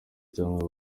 cyangwa